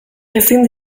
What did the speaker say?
ezin